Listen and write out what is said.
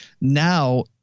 Now